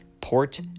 Port